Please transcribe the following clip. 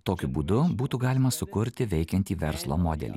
tokiu būdu būtų galima sukurti veikiantį verslo modelį